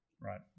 Right